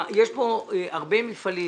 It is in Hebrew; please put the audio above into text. יש פה הרבה מפעלים